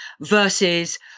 versus